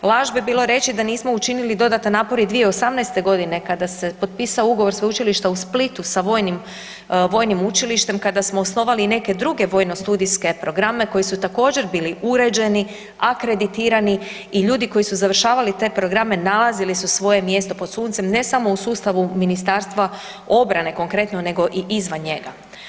Laž bi bilo reći da nismo učinili dodatan napor i 2018.g. kada se potpisao Ugovor Sveučilišta u Splitu sa vojnim, vojnim učilištem, kada smo osnovali i neke druge vojno studijske programe koji su također bili uređeni, akreditirani i ljudi koji su završavali te programe nalazili su svoje mjesto pod suncem ne samo u sustavu Ministarstva obrane konkretno nego i izvan njega.